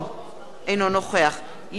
אינו נוכח ליה שמטוב,